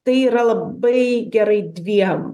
tai yra labai gerai dviem